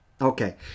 Okay